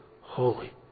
holy